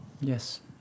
Yes